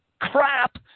crap